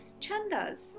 chandas